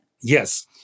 Yes